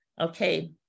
okay